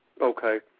Okay